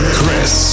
Chris